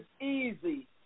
easy